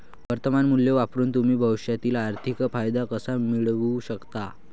वर्तमान मूल्य वापरून तुम्ही भविष्यातील आर्थिक फायदा कसा मिळवू शकता?